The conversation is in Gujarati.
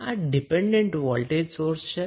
આમ આ ડિપેન્ડન્ટ વોલ્ટેજ સોર્સ છે